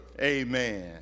Amen